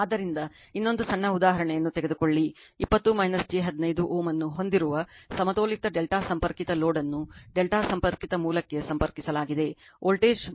ಆದ್ದರಿಂದ ಇನ್ನೊಂದು ಸಣ್ಣ ಉದಾಹರಣೆಯನ್ನು ತೆಗೆದುಕೊಳ್ಳಿ 20 j 15 Ωಅನ್ನು ಹೊಂದಿರುವ ಸಮತೋಲಿತ ∆ ಸಂಪರ್ಕಿತ ಲೋಡ್ ಅನ್ನು ∆ ಸಂಪರ್ಕಿತ ಮೂಲಕ್ಕೆ ಸಂಪರ್ಕಿಸಲಾಗಿದೆ ವೋಲ್ಟೇಜ್ 330 ಕೋನ 0 o ಆದರೆ Vab ನೀಡಲಾಗಿದೆ